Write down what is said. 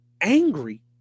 angry